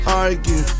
argue